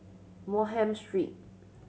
Bonham Street